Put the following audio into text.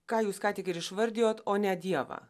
ką jūs ką tik ir išvardijot o ne dievą